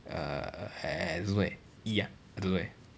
uh I don't know leh E ah I don't know leh